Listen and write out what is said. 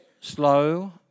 slow